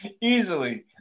easily